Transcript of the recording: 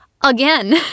again